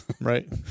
Right